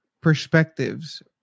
perspectives